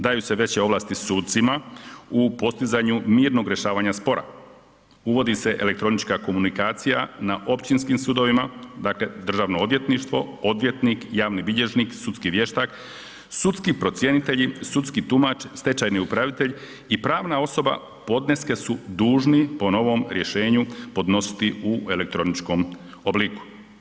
Daju se veće ovlasti sucima u postizanju mirnog rješavanja spora, uvodi se elektronička komunikacija na općinskim sudovima, dakle, državno odvjetništvo, odvjetnik, javni bilježnik, sudski vještak, sudski procjenitelji, sudski tumač, stečajni upravitelj i pravna osoba podneske su dužni po novom rješenju podnositi u elektroničkom obliku.